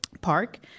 Park